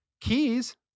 Keys